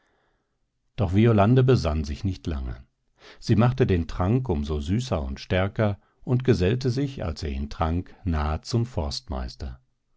doch violande besann sich nicht lange sie machte den trank um so süßer und stärker und gesellte sich als er ihn trank nah zum forstmeister